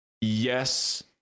yes